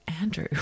Andrew